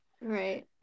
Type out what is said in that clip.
right